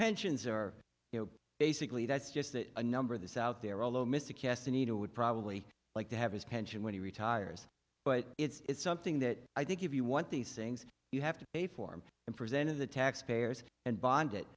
pensions or you know basically that's just a number of this out there although mr kast anita would probably like to have his pension when he retires but it's something that i think if you want these things you have to pay for him and presented the taxpayers and bond it